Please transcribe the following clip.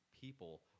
people